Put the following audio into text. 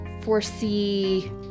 foresee